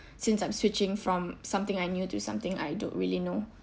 since I'm switching from something I knew to something I don't really know